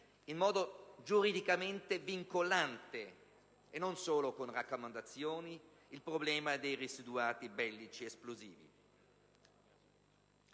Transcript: in modo giuridicamente vincolante, e non solo con raccomandazioni, il problema dei residuati bellici esplosivi.